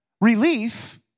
relief